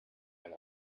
ein